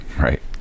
Right